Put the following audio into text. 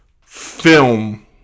film